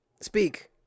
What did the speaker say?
speak